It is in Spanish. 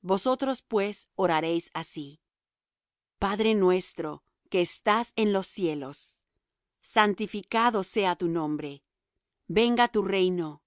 vosotros pues oraréis así padre nuestro que estás en los cielos santificado sea tu nombre venga tu reino